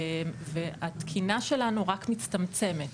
והתקינה שלנו רק מצטמצמת.